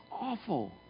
awful